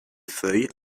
feuilles